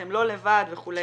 אתם לא לבד וכו'.